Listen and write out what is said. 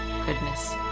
goodness